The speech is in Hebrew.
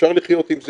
אפשר לחיות עם זה,